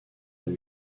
avec